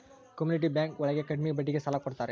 community bank ಒಳಗ ಕಡ್ಮೆ ಬಡ್ಡಿಗೆ ಸಾಲ ಕೊಡ್ತಾರೆ